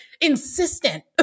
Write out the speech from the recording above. insistent